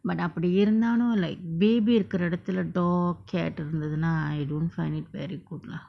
but அப்புடி இருந்தாலு:appudi irunthalu like baby இருக்குர இடத்துல:irukkura idathula dog cat இருந்துதுனா:irunthuthuna I don't find it very good lah